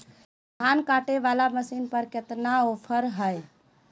धान कटे बाला मसीन पर कतना ऑफर हाय?